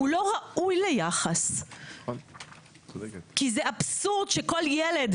הוא לא ראוי ליחס, כי זה אבסורד שכל ילד